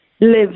lives